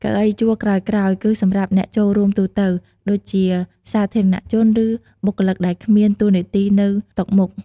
កៅអីជួរក្រោយៗ គឺសម្រាប់អ្នកចូលរួមទូទៅ ដូចជាសាធារណជន ឬបុគ្គលិកដែលគ្មានតួនាទីនៅតុមុខ។